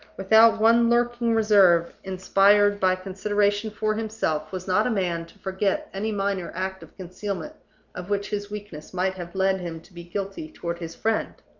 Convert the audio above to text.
without one lurking reserve inspired by consideration for himself, was not a man to forget any minor act of concealment of which his weakness might have led him to be guilty toward his friend.